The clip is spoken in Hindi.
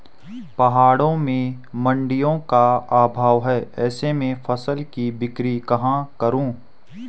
पहाड़ों में मडिंयों का अभाव है ऐसे में फसल की बिक्री कहाँ करूँ?